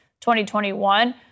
2021